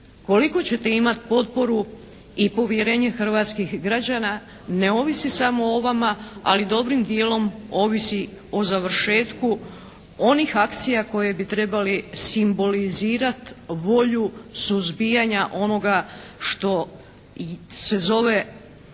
Koliko ćete imat potporu i povjerenje hrvatskih građana ne ovisi samo o vama, ali dobrim djelom ovisi o završetku onih akcija koje bi trebali simbolizirat volju suzbijanja onoga što se zove